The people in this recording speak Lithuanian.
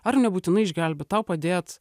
ar nebūtinai išgelbėt tau padėt